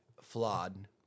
flawed